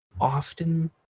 often